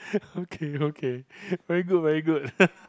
okay okay very good very good